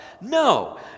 No